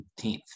17th